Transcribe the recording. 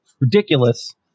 ridiculous